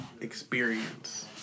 experience